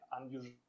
unusual